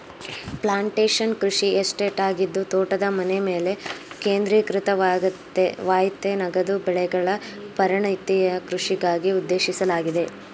plantation ಕೃಷಿ estate ಆಗಿದ್ದು ತೋಟದ ಮನೆಮೇಲೆ ಕೇಂದ್ರೀಕೃತವಾಗಯ್ತೆ ನಗದು ಬೆಳೆಗಳ ಪರಿಣತಿಯ ಕೃಷಿಗಾಗಿ ಉದ್ದೇಶಿಸಲಾಗಿದೆ